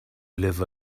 live